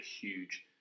huge